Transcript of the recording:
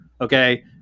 okay